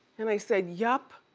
and i said, yup,